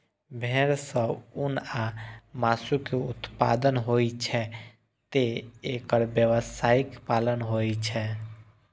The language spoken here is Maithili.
भेड़ सं ऊन आ मासु के उत्पादन होइ छैं, तें एकर व्यावसायिक पालन होइ छै